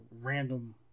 random